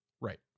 Right